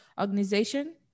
organization